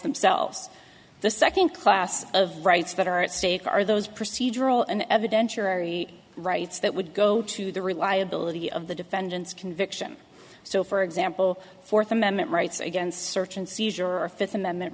themselves the second class of rights that are at stake are those procedural and evidentiary rights that would go to the reliability of the defendant's conviction so for example fourth amendment rights against search and seizure or fifth amendment